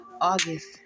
August